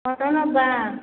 କ'ଣ ନେବା